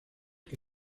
que